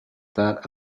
that